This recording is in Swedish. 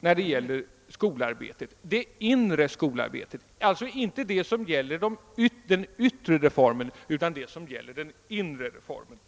när det gäller skolarbetet — d.v.s. det inre skolarbetet, inte det som gäller den ytt re reformen, utan det som gäller arbetet i klassrummen.